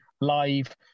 live